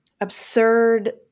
absurd